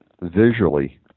visually